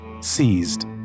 seized